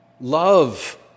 love